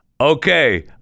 okay